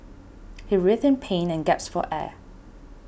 he writhed in pain and gasped for air